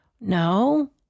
No